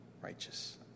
righteous